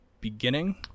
beginning